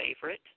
favorite